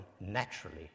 naturally